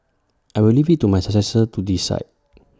I will leave IT to my successor to decide